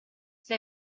sei